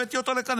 הבאתי אותו לכאן.